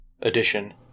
edition